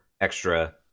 extra